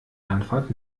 anfahrt